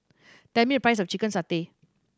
tell me the price of chicken satay